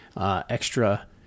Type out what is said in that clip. extra